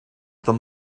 them